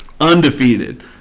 Undefeated